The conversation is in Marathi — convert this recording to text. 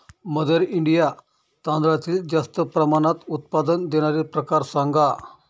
मदर इंडिया तांदळातील जास्त प्रमाणात उत्पादन देणारे प्रकार सांगा